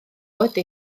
ydi